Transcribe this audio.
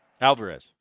Alvarez